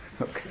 Okay